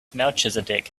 melchizedek